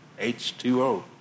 H2O